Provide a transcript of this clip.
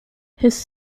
his